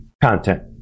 content